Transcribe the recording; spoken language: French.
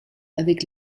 avec